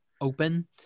open